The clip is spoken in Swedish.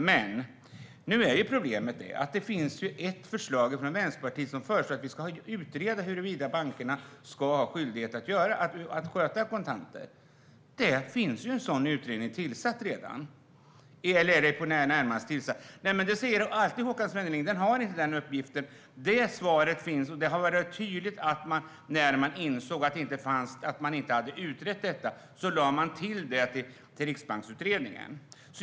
Men nu är problemet att det finns ett förslag från Vänsterpartiet om att vi ska utreda huruvida bankerna ska ha skyldighet att sköta kontanter. En sådan utredning har ju i det närmaste redan tillsatts. Håkan Svenneling säger alltid: Den har inte den uppgiften. Men det svaret finns, och när man insåg att man inte hade utrett detta lade man till det till Riksbanksutredningen.